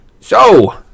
So